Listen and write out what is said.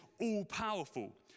all-powerful